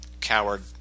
coward